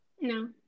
No